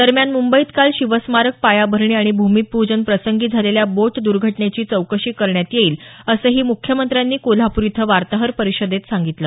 दरम्यान मुंबईत काल शिवस्मारक पायाभरणी आणि भूमिपूजन प्रसंगी झालेल्या बोट दर्घटनेची चौकशी करण्यात येईल असंही मुख्यमंत्र्यांनी कोल्हापूर इथं वार्ताहर परिषदेत सांगितलं